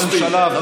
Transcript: מספיק.